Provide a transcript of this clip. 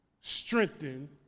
strengthen